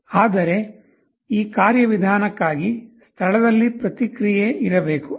ಆದರೆ ಆ ಕಾರ್ಯವಿಧಾನಕ್ಕಾಗಿ ಸ್ಥಳದಲ್ಲಿ ಪ್ರತಿಕ್ರಿಯೆ ಇರಬೇಕು